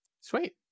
Sweet